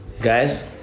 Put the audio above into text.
Guys